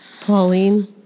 Pauline